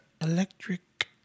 Electric